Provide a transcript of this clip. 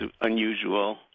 unusual